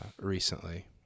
recently